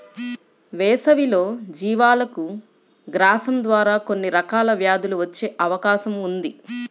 వేసవిలో జీవాలకు గ్రాసం ద్వారా కొన్ని రకాల వ్యాధులు వచ్చే అవకాశం ఉంది